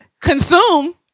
consume